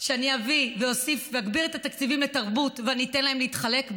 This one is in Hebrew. שאני אביא ואוסיף ואגביר את התקציבים לתרבות ואני אתן להם להתחלק,